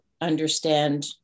understand